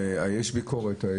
יש ביקורת.